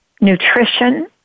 Nutrition